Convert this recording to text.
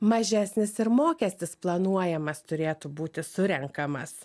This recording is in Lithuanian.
mažesnis ir mokestis planuojamas turėtų būti surenkamas